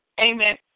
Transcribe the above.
amen